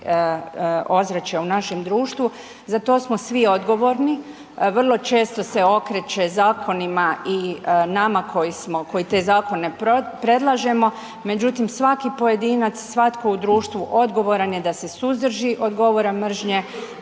ozračja u našem društvu. Za to smo svi odgovorni, vrlo često se okreće zakonima i nama koji smo, koji te zakone predlažemo, međutim svaki pojedinac, svatko u društvu odgovoran je da se suzdrži od govora mržnje,